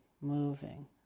moving